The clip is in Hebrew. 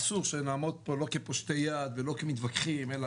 אסור שנעמוד פה לא כפושטי יד ולא כמתווכחים אלא